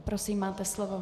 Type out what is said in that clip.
Prosím, máte slovo.